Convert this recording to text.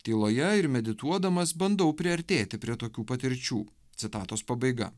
tyloje ir medituodamas bandau priartėti prie tokių patirčių citatos pabaiga